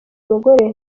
mugore